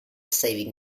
saving